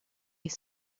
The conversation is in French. est